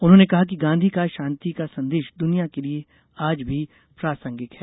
उन्होंने कहा कि गांधी का शांति का संदेश दुनिया के लिये आज भी प्रासंगिक है